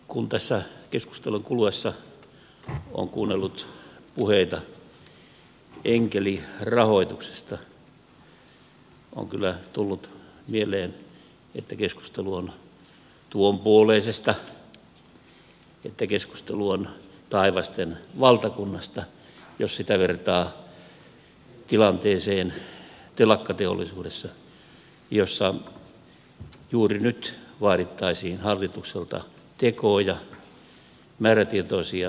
kun tässä keskustelun kuluessa on kuunnellut puheita enkelirahoituksesta on kyllä tullut mieleen että keskustelu on tuonpuoleisesta että keskustelu on taivasten valtakunnasta jos sitä vertaa tilanteeseen telakkateollisuudessa jossa juuri nyt vaadittaisiin hallitukselta tekoja määrätietoisia toimia